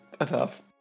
enough